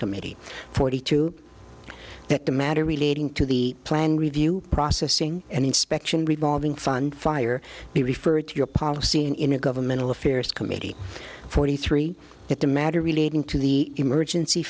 committee forty two that the matter relating to the plan review processing and inspection revolving fund fire be referred to your policy in a governmental affairs committee forty three at the matter relating to the emergency